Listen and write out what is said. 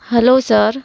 hello sir